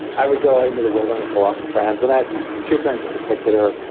i would go into the wilderness a lot with friends and i had two friends in particular.